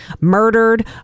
murdered